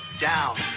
down